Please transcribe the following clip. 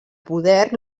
poder